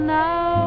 now